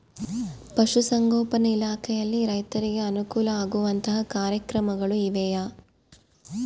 ಪಶುಸಂಗೋಪನಾ ಇಲಾಖೆಯಲ್ಲಿ ರೈತರಿಗೆ ಅನುಕೂಲ ಆಗುವಂತಹ ಕಾರ್ಯಕ್ರಮಗಳು ಇವೆಯಾ?